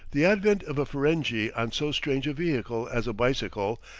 the advent of a ferenghi on so strange a vehicle as a bicycle,